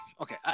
okay